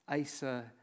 Asa